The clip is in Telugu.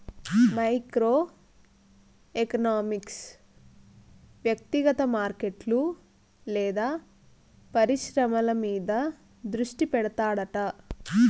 మైక్రో ఎకనామిక్స్ వ్యక్తిగత మార్కెట్లు లేదా పరిశ్రమల మీద దృష్టి పెడతాడట